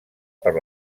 per